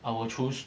I will choose